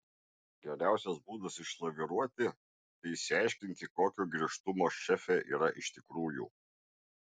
geriausias būdas išlaviruoti tai išsiaiškinti kokio griežtumo šefė yra iš tikrųjų